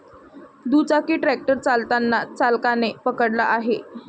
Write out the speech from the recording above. दुचाकी ट्रॅक्टर चालताना चालकाने पकडला आहे